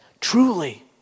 Truly